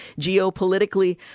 geopolitically